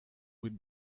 with